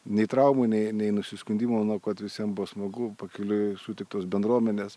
nei traumų nei nei nusiskundimų kad visiems buvo smagu pakeliui sutiktos bendruomenės